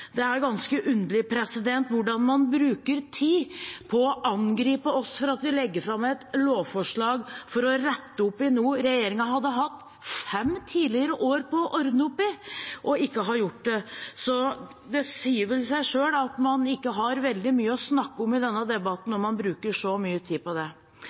Det er ganske underlig hvordan man bruker tid på å angripe oss for at vi legger fram et lovforslag for å rette opp i noe regjeringen har hatt fem år på å ordne opp i, og ikke har gjort det. Det sier seg vel selv at man ikke har veldig mye å snakke om i denne debatten når man bruker så mye tid på det.